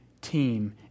team